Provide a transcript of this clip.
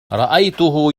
رأيته